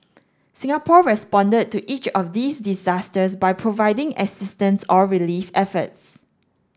Singapore responded to each of these disasters by providing assistance or relief efforts